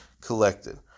collected